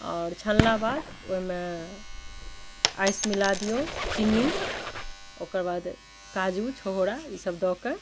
आओर छानलाके बाद ओहिमे आइस मिला दिऔ चिन्नी ओकर बाद काजू छहोड़ा ई सभ दऽकऽ